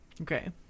Okay